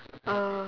uh